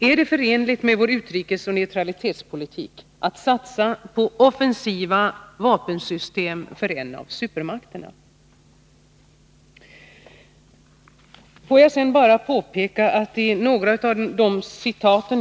Är det förenligt med vår utrikesoch neutralitetspolitik att satsa på offensiva vapensystem för en av supermakterna?